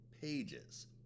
pages